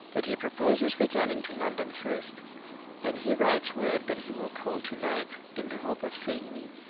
but he proposes returning to london first and he writes word that he will call to-night, in the hope of seeing me,